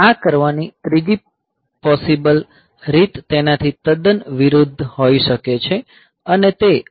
આ કરવાની ત્રીજી પોસિબલ રીત તેનાથી તદ્દન વિરુદ્ધ હોઈ શકે છે અને તે MOV R10 છે